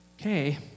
Okay